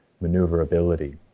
maneuverability